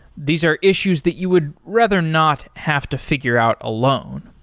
these are issues that you would rather not have to figure out alone.